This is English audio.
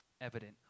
evident